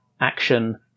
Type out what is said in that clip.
action